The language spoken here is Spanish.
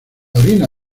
orina